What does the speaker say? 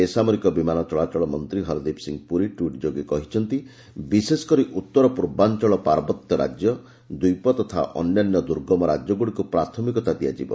ବେସାମରିକ ବିମାନ ଚଳାଚଳ ମନ୍ତ୍ରୀ ହର୍ଦୀପ ସିଂହ ପୁରୀ ଟ୍ୱିଟ୍ ଯୋଗେ କହିଛନ୍ତି ବିଶେଷକରି ଉତ୍ତର ପୂର୍ବାଞ୍ଚଳ ପାର୍ବତ୍ୟ ରାଜ୍ୟ ଦ୍ୱୀପ ତଥା ଅନ୍ୟାନ୍ୟ ଦୁର୍ଗମ ରାଜ୍ୟଗୁଡ଼ିକୁ ପ୍ରାଥମିକତା ଦିଆଯିବ